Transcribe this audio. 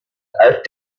art